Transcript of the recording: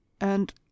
and